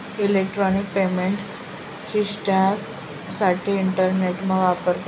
electronic payment शिश्टिमसाठे इंटरनेटना वापर करतस